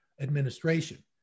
administration